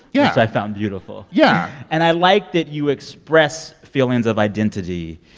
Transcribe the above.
yeah. which i found beautiful yeah and i liked that you expressed feelings of identity,